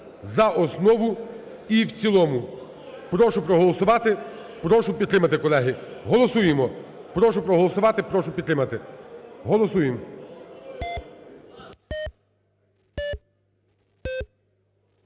за основу і в цілому. Прошу проголосувати, прошу підтримати, колеги. Голосуємо, прошу проголосувати, прошу підтримати. Голосуємо.